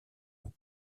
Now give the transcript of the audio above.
eux